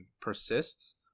persists